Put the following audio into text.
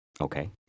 Okay